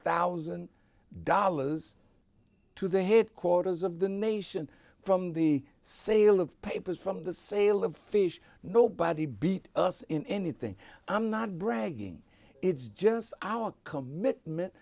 thousand dollars to the headquarters of the nation from the sale of papers from the sale of fish nobody beat us in anything i'm not bragging it's just our commitment